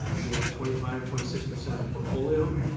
ah we have twenty five twenty six percent of the portfolio.